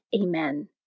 Amen